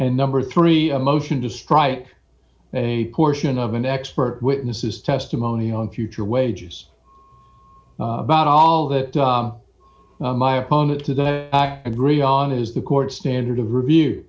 and number three a motion to strike a portion of an expert witnesses testimony on future wages about all that my opponent today agree on is the court standard of review